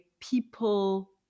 people